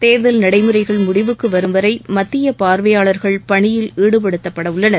தேர்தல் நடைமுறைகள் முடிவுக்கு வரும்வரை மத்திய பார்வையாளர்கள் பணியில் ஈடுபடுத்தப்பட உள்ளனர்